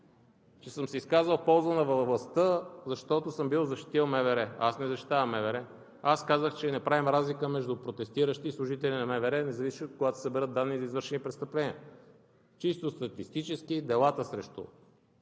че съм се изказал в полза на властта, защото съм бил защитил МВР. Аз не защитавам МВР. Казах, че не правим разлика между протестиращи и служители на МВР, когато се съберат данни за извършени престъпления. Чисто статистически делата за